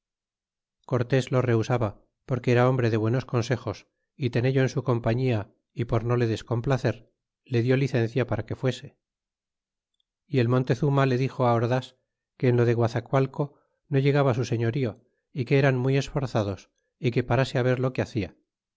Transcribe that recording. cortés lo rehusaba porque era hombre de buenos consejos y tenello en su compañía y por no le descomplacer le dió licencia para que fuese y el montezuma le dixo al ordas que en lo de guazacualco no llegaba su señorío é que eran muy esforzados é que parase á ver lo que hacia